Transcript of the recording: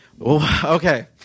Okay